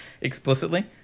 explicitly